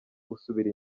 gusubira